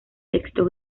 texto